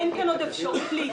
אין כאן עוד אפשרות להתנגד.